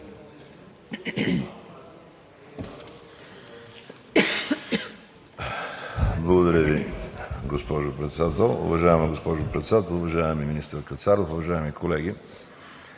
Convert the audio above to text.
Благодаря Ви, госпожо Председател. Уважаема госпожо Председател, уважаеми министър Кацаров, уважаеми колеги!